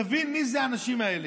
תבין מי האנשים האלה.